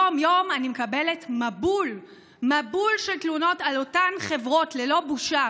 יום-יום אני מקבלת מבול של תלונות על אותן חברות ללא בושה.